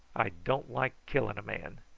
i don't like killing a man.